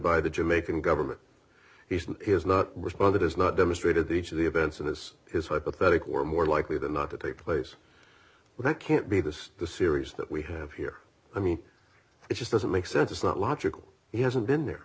by the jamaican government he has not responded has not demonstrated that each of the events of this is hypothetical or more likely than not to take place when it can't be this the series that we have here i mean it just doesn't make sense it's not logical he hasn't been there